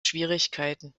schwierigkeiten